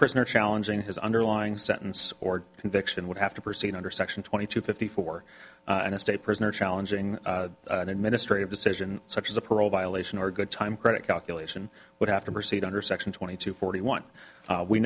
prison or challenging his underlying sentence or conviction would have to proceed under section twenty two fifty four and a state prison or challenging an administrative decision such as a parole violation or good time credit calculation would have to proceed under section twenty two forty one